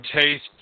taste